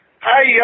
Hi